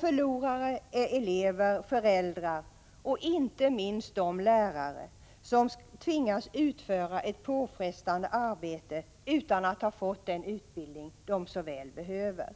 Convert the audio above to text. Förlorarna är elever, föräldrar och inte minst de lärare som tvingas utföra ett påfrestande arbete utan att ha fått den utbildning de så väl behöver.